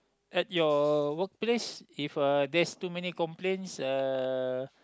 at your work place if uh there's too many complaints uh